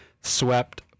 swept